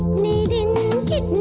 meetings